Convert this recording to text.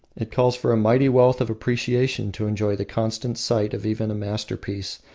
it calls for a mighty wealth of appreciation to enjoy the constant sight of even a masterpiece,